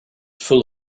full